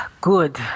good